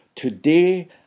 Today